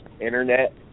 internet